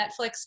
Netflix